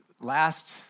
last